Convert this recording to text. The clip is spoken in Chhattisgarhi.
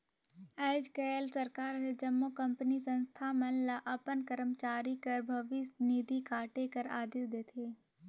आएज काएल सरकार हर जम्मो कंपनी, संस्था मन ल अपन करमचारी कर भविस निधि काटे कर अदेस देथे